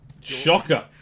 Shocker